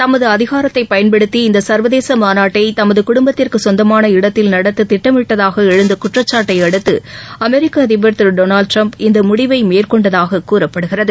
தனது அதிகாரத்தை பயன்படுத்தி இந்த சா்வதேச மாநாட்டை தனது குடும்பத்திற்கு சொந்தமான இடத்தில் நடத்த திட்டமிட்டதாக எழுந்த குற்றக்சாட்டை அடுத்து அமெரிக்க அதிபர் திரு டொனால்ட் ட்ரம்ப் இந்த முடிவை மேற்கொண்டதாக கூறப்படுகிறது